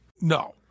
No